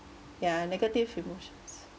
ya negative emotions